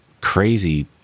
crazy